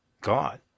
God